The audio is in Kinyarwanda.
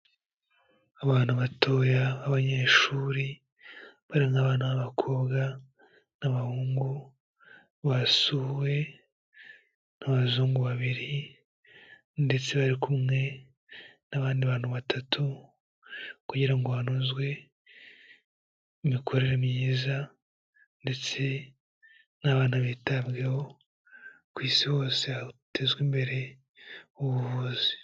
Abantu batoya b'abanyeshuri ni abana b'abakobwa n'abahungu basuwe n'abazungu babiri, ndetse bari kumwe n'abandi bantu batatu, kugira ngo hanozwe imikorere myiza ndetse n'abana bitabweho, ku isi hose hatezwa imbere ubuvuzi.